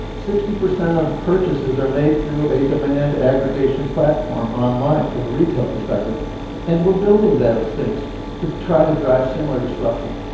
sixty percent of purchases are made through a demand aggregation platform online from a retail perspective and we're building those things to try to drive similar disruption.